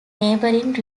neighbouring